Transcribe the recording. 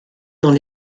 dans